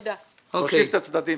צריך להושיב את הצדדים.